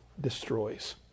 destroys